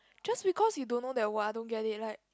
just because you don't know that word I don't get it right